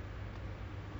back then